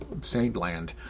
Saint-Land